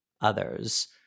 others